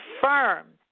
firm